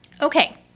Okay